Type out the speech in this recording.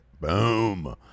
Boom